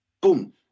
boom